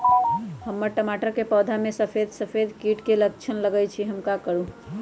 हमर टमाटर के पौधा में सफेद सफेद कीट के लक्षण लगई थई हम का करू?